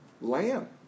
lamb